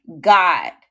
God